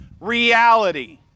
reality